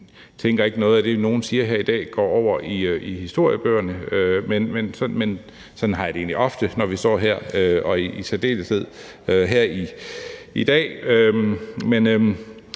Jeg tænker ikke, at noget af det, nogle siger her i dag, går over i historiebøgerne. Men sådan har jeg det egentlig ofte, når vi står her, og i særdeleshed her i dag.